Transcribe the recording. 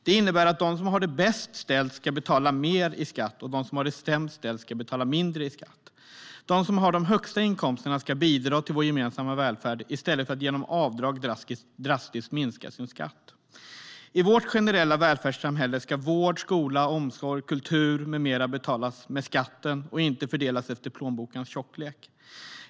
Det innebär att de som har det bäst ställt ska betala mer i skatt och att de som har det sämst ställt ska betala mindre i skatt. De som har de högsta inkomsterna ska bidra till vår gemensamma välfärd i stället för att genom avdrag drastiskt minska sin skatt.I vårt generella välfärdssamhälle ska vård, skola, omsorg, kultur med mera betalas med skatten och inte fördelas efter plånbokens tjocklek.